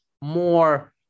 more